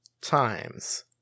times